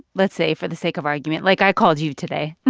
let's say for the sake of argument, like i called you today. and